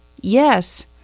Yes